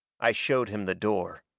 i showed him the door.